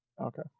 Okay